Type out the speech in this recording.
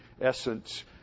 essence